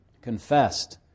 confessed